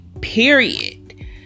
period